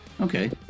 Okay